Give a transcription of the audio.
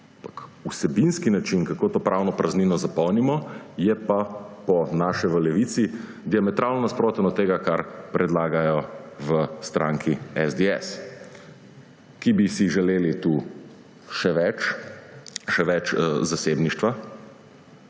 vsebinski način, kako to pravno praznino zapolnimo, je pa po našem v Levici diametralno nasproten od tega, kar predlagajo v stranki SDS, kjer bi si želeli tu še več, še več zasebništva,